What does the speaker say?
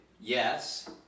Yes